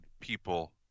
people